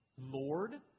Lord